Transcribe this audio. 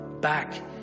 back